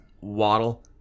Waddle